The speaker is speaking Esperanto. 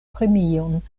premion